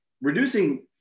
Reducing